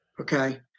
okay